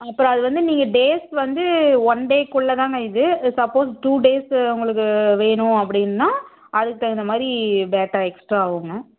அப்புறம் அது வந்து நீங்கள் டேஸ் வந்து ஒன் டேக்குள்ள தாங்க இது இது சப்போஸ் டூ டேஸு உங்களுக்கு வேணும் அப்பிடின்னா அதுக்கு தகுந்த மாதிரி பேட்டா எக்ஸ்ட்ரா ஆகுங்க